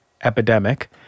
epidemic